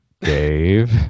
Dave